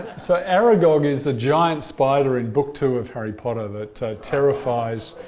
so, aragog is the giant spider in book two of harry potter that terrifies